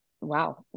wow